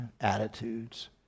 attitudes